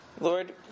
Lord